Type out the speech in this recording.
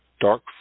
dark